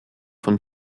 von